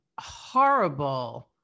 horrible